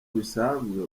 bisanzwe